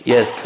Yes